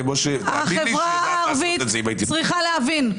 כמו --- החברה הערבית צריכה להבין,